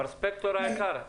מר ספקטור היקר,